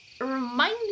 Remind